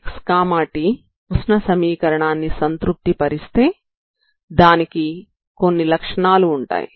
uxt ఉష్ణ సమీకరణాన్ని సంతృప్తి పరిస్తే దానికి కొన్ని లక్షణాలు ఉంటాయి